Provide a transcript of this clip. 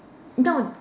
no